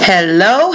Hello